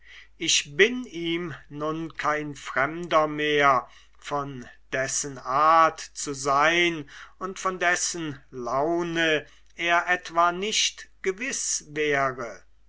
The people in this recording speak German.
ich bin ihm nun kein fremder mehr von dessen art zu sein und von dessen laune er etwa nicht gewiß wäre